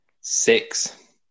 Six